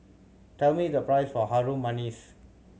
tell me the price of Harum Manis